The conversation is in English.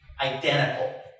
Identical